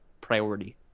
priority